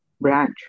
branch